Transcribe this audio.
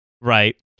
right